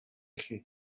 chi